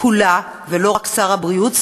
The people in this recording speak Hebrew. לא רק שר הבריאות,